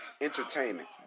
entertainment